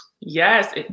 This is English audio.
Yes